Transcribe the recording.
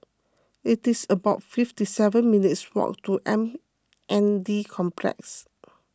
it is about fifty seven minutes' walk to M N D Complex